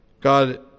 God